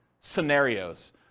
scenarios